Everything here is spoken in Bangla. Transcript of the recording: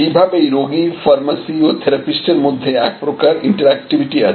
এইভাবে রোগী ফার্মাসি ও থেরাপিস্ট এর মধ্যে এক প্রকার ইন্টারঅ্যাকটিভিটি আছে